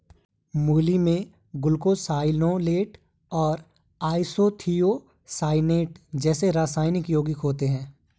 मूली में ग्लूकोसाइनोलेट और आइसोथियोसाइनेट जैसे रासायनिक यौगिक होते है